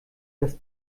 das